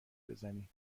بزنی